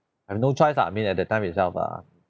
I've no choice I mean at that time itself err